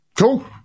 Cool